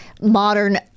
modern